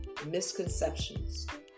misconceptions